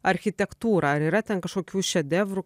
architektūrą ar yra ten kažkokių šedevrų